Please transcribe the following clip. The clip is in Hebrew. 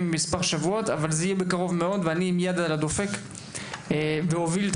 או שבועות ואני אהיה עם יד על הדופק ואוביל את